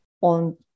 on